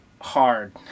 hard